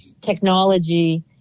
technology